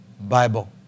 Bible